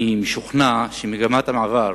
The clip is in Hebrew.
אני משוכנע שמגמת המעבר